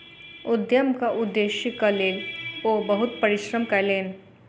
उद्यमक उदेश्यक लेल ओ बहुत परिश्रम कयलैन